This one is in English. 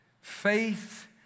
Faith